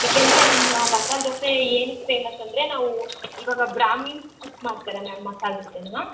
ಏಕೆಂದರೆ ನಮ್ಮ ಮಸಾಲೆ ದೋಸೆ ಏನಿಕ್ಕೆ ಫೇಮಸ್ ಅಂದರೆ ನಾವು ಇವಾಗ ಬ್ರಾಹ್ಮಣ ಕುಕ್ ಮಾಡ್ತಾರೆ ಮ್ಯಾಮ್ ಮಸಾಲೆ ದೋಸೆನ